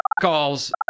calls